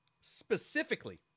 specifically